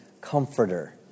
comforter